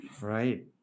Right